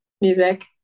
Music